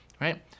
right